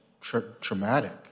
traumatic